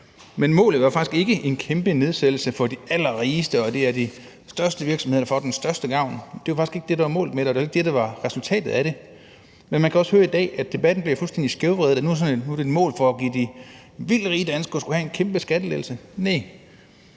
Men målet var faktisk ikke en kæmpe nedsættelse for de allerrigeste, eller at det er de største virksomheder, der får den største gavn. Det var faktisk ikke det, der var målet med det, og det var ikke det, der var resultatet af det. Men man kan også høre i dag, at debatten bliver fuldstændig skævvredet med, at det nu er målet at give de vildt rige danskere en kæmpe skattelettelse. Næ.